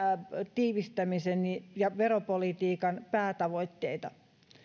tiivistämisen ja veropolitiikan päätavoitteita